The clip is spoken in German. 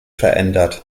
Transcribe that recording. verändert